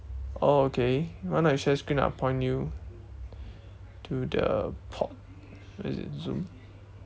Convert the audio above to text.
oh okay why not you share screen I'll point you to the plot where is it zoom